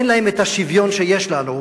אין להם את השוויון שיש לנו,